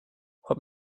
what